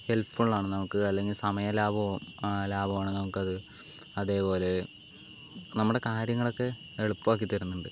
helpful ആണ് നമുക്ക് അല്ലെങ്കിൽ സമയ ലാഭവും ലാഭമാണ് നമുക്കത് അതേപോലെ നമ്മുടെ കാര്യങ്ങളൊക്കെ എളുപ്പമാക്കി തരുന്നുണ്ട്